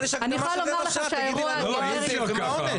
אבל יש הקדמה של רבע שעה תגידי לנו מה העונש.